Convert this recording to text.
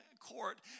court